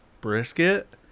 brisket